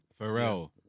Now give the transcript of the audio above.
pharrell